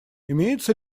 имеются